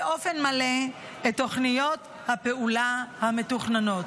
באופן מלא לתוכניות הפעולה המתוכננות.